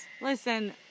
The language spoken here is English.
Listen